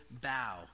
bow